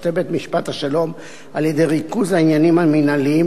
בית-המשפט השלום על-ידי ריכוז העניינים המינהליים,